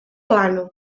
plana